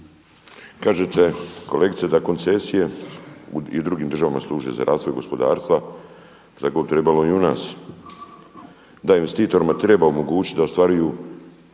Kažete kolegice da koncesije i u drugim državama služe za razvoj gospodarstva, tako bi trebalo i u nas, da investitorima treba omogućiti da ostvaruju